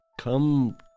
come